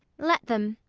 let them.